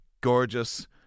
gorgeous